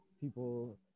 people